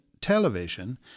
television